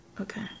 okay